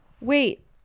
Wait